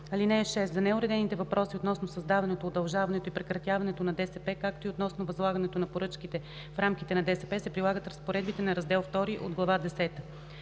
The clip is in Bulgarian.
ЕЕДОП. (6) За неуредените въпроси относно създаването, удължаването и прекратяването на ДСП, както и относно възлагането на поръчките в рамките на ДСП се прилагат разпоредбите на Раздел II от Глава